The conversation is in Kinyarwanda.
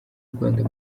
rwanda